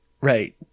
right